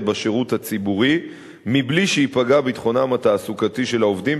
בשירות הציבורי מבלי שייפגעו ביטחונם התעסוקתי של העובדים,